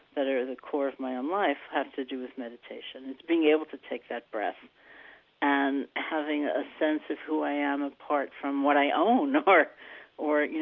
that are the core of my own life have to do with meditation. it's being able to take that breath and having a sense of who i am apart from what i own or, you